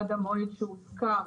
עד המועד שהוזכר,